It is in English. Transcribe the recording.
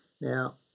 Now